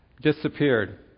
disappeared